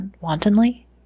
wantonly